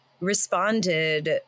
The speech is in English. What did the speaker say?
Responded